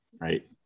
right